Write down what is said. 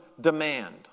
demand